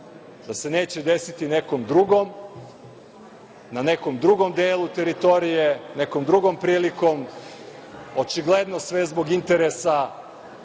da se neće desiti nekom drugom, na nekom drugom delu teritorije, nekom drugom prilikom, očigledno sve zbog interesa